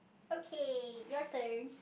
okay your turn